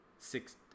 six